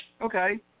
Okay